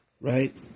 Right